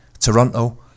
Toronto